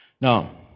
Now